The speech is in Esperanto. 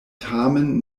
tamen